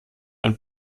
ein